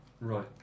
right